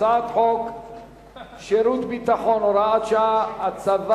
הצעת חוק שירות ביטחון (הוראת שעה) (הצבת